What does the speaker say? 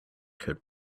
could